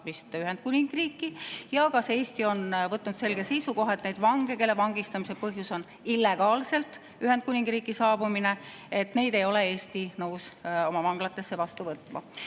Ühendkuningriiki, ja kas Eesti on võtnud selge seisukoha, et neid vange, kelle vangistamise põhjus on illegaalselt Ühendkuningriiki saabumine, ei ole Eesti nõus oma vanglatesse vastu